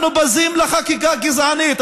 אנחנו בזים לחקיקה גזענית,